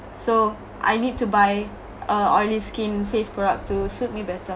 so I need to buy uh oily skin face product to suit me better